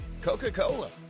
Coca-Cola